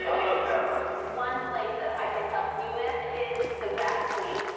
love tamara. one place that i could help you with is the rap-singing.